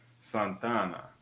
santana